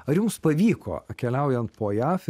ar jums pavyko keliaujant po jav